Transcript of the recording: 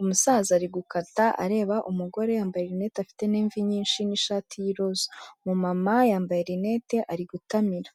umusaza ari gukata areba umugore, yambaye rinete afite n'ivi nyinshi n'ishati y'iroza. Umumama yambaye rinete ari gutamira.